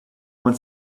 man